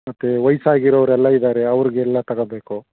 ಮತ್ತು ವಯಸ್ಸಾಗಿರೋರೆಲ್ಲ ಇದ್ದಾರೆ ಅವ್ರಿಗೆಲ್ಲಾ ತಗೋಬೇಕು